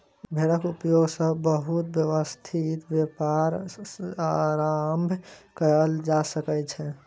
भेड़क उपयोग सॅ बहुत व्यवस्थित व्यापार आरम्भ कयल जा सकै छै